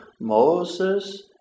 Moses